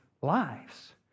lives